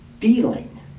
feeling